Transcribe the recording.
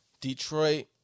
Detroit